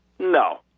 No